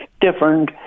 Different